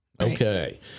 Okay